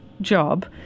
job